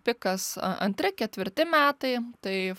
pikas a antri ketvirti metai tai